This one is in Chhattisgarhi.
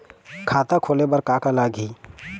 खाता खोले बर का का लगही?